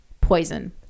poison